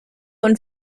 und